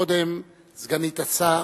קודם, סגנית השר